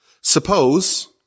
Suppose